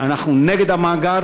אנחנו נגד המאגר.